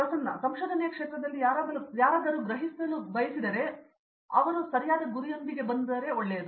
ಪ್ರಸನ್ನ ಸಂಶೋಧನೆಯ ಕ್ಷೇತ್ರದಲ್ಲಿ ಯಾರೊಬ್ಬರು ಗ್ರಹಿಸಲು ಬಯಸಿದರೆ ಅವರು ಸರಿಯಾದ ಗುರಿಯೊಂದಿಗೆ ಬಂದಾಗ ಒಳ್ಳೆಯದು